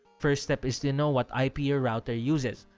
first step is to know what ip your router uses.